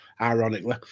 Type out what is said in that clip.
ironically